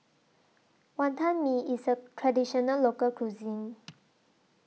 Wantan Mee IS A Traditional Local Cuisine